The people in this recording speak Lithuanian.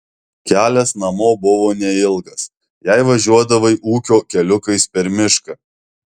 kelias namo buvo neilgas jei važiuodavai ūkio keliukais per mišką